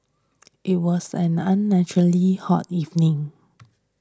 it was an unnaturally hot evening